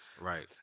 Right